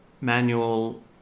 manual